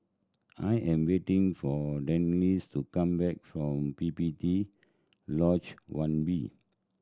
I am waiting for Denice to come back from P P T Lodge One B